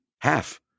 Half